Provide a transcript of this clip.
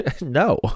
No